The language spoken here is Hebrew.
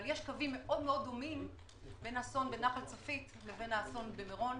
אבל יש קווים דומים מאוד בין האסון בנחל צפית לבין האסון במירון,